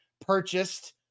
purchased